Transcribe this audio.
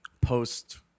post